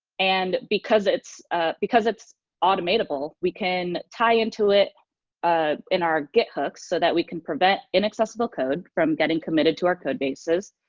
and because it's because it's automatable, we can tie into it in our git hook so we can prevent inaccessible code from getting committed to our codebases,